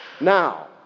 now